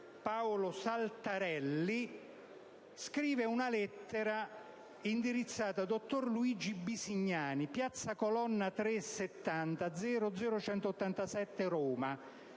Paolo Saltarelli, scriva una lettera indirizzata al dottor Luigi Bisignani, piazza Colonna 370, 00186 Roma: